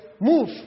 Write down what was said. move